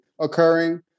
occurring